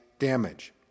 damage